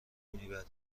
میبریم